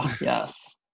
yes